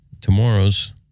Tomorrow's